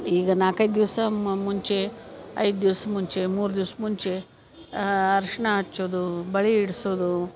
ಈಗ ನಾಲ್ಕೈದು ದಿವಸ ಮುಂಚೆ ಐದು ದಿವ್ಸ ಮುಂಚೆ ಮೂರು ದಿವ್ಸ ಮುಂಚೆ ಅರ್ಶಿನ ಹಚ್ಚೋದು ಬಳೆ ಇಡಿಸೋದು